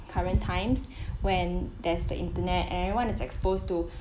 current times when there's the internet and everyone is exposed to